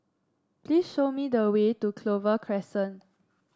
please show me the way to Clover Crescent